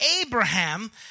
Abraham